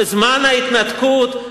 בזמן ההתנתקות,